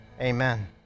Amen